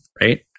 right